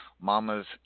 Mama's